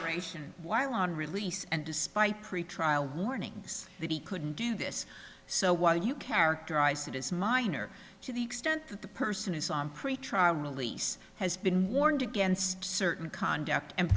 gratian while on release and despite pretrial warnings that he couldn't do this so why do you characterize it as minor to the extent that the person is on pretrial release has been warned against certain conduct and